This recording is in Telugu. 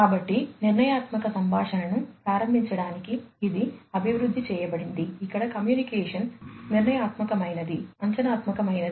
కాబట్టి నిర్ణయాత్మక సంభాషణను ప్రారంభించడానికి ఇది అభివృద్ధి చేయబడింది ఇక్కడ కమ్యూనికేషన్ నిర్ణయాత్మకమైనది అంచనాత్మకతమైనది